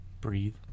Breathe